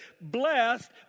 blessed